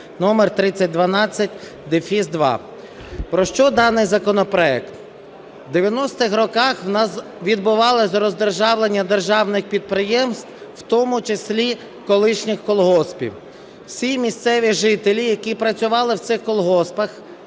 3012-2). Про що даний законопроект? У 90-х роках у нас відбувалося роздержавлення державних підприємств, в тому числі, колишніх колгоспів. Всі місцеві жителі, які працювали в цих колгоспах,